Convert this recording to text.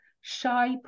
shy